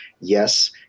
yes